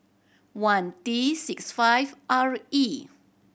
one T six five R E